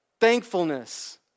thankfulness